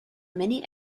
many